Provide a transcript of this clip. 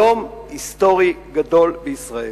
יום היסטורי גדול בישראל.